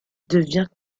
devient